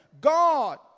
God